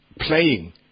playing